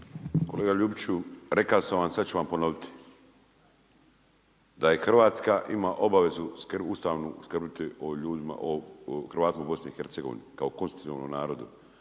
Kolega Ljubiću, rekao sam vam, sad ću vam ponoviti, da Hrvatska ima obavezu Ustavnu skrbiti o ljudima, o Hrvatima u BiH kao konstitutivnom narodu.